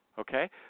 okay